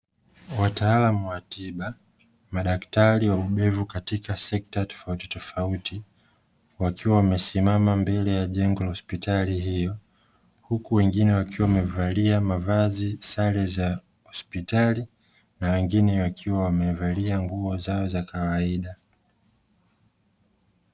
Wataalamu wa tiba madaktari wabobevu katika sekta tofautitofauti wakiwa wamesimama mbele ya jengo la hospitali hiyo, huku wengine wakiwa wamevalia mavazi sare za hospitali, na wengine wakiwa wamevalia nguo zao za kawaida.